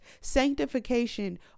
sanctification